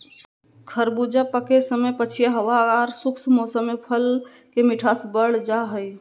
खरबूजा पके समय पछिया हवा आर शुष्क मौसम में फल के मिठास बढ़ जा हई